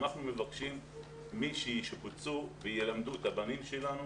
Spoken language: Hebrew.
ואנחנו מבקשים שמי שישובצו וילמדו את הילדים שלנו